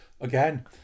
again